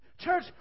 church